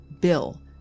Bill